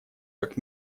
как